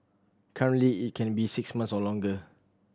currently it can be six months or longer